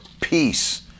peace